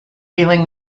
feeling